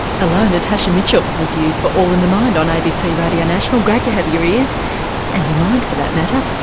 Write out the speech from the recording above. hello, natasha mitchell with you for all in the mind on abc radio national, great to have your ears and your mind for that matter.